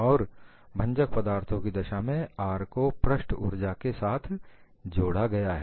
और भंजक पदार्थों की दशा में R को पृष्ठ ऊर्जा के साथ जोड़ा गया है